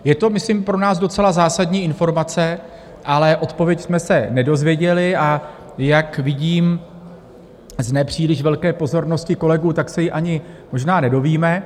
Je to, myslím, pro nás docela zásadní informace, ale odpověď jsme se nedozvěděli, a jak vidím z nepříliš velké pozornosti kolegů, tak se ji ani možná nedozvíme.